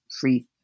free